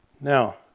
Now